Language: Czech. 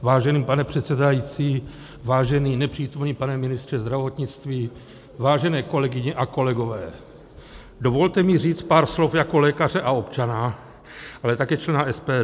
Vážený pane předsedající, vážený nepřítomný pane ministře zdravotnictví, vážené kolegyně a kolegové, dovolte mi říci pár slov jako lékaře a občana, ale také člena SPD.